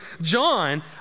John